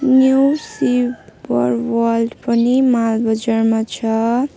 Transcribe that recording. new सिपर world पनि मालबजारमा छ